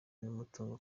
n’umutungo